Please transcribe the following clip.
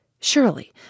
Surely